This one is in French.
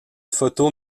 photos